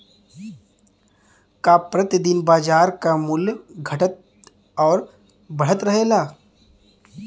का प्रति दिन बाजार क मूल्य घटत और बढ़त रहेला?